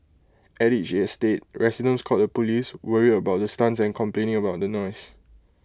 at each estate residents called the Police worried about the stunts and complaining about the noise